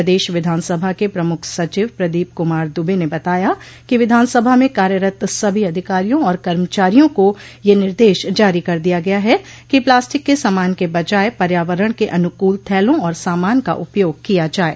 प्रदेश विधानसभा के प्रमुख सचिव प्रदीप कुमार दुबे ने बताया कि विधानसभा में कार्यरत सभी अधिकारियों और कर्मचारियों को यह निर्देश जारी कर दिया गया है कि प्लास्टिक के सामान के बजाय पर्यावरण के अनुकूल थैलों और सामान का उपयोग किया जाये